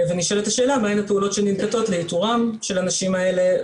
ונשאלת השאלה מהן השאלות שננקטות לאיתורם של האנשים האלה,